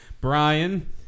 Brian